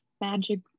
magic